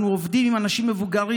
אנו עובדים עם אנשים מבוגרים,